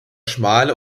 schmale